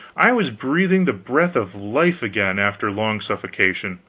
i was breathing the breath of life again after long suffocation.